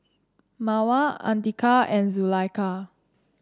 Mawar Andika and Zulaikha